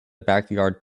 backyard